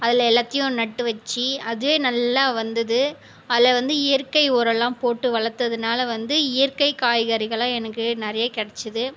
அதில் எல்லாத்தையும் நட்டு வச்சு அதுவே நல்லா வந்தது அதில் வந்து இயற்கை உரமெல்லாம் போட்டு வளர்த்ததுனால் வந்து இயற்கை காய்கறிகள்ல்லாம் எனக்கு நிறைய கிடைச்சிது